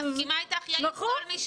נכון.